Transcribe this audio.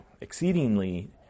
exceedingly